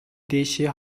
дээшээ